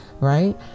right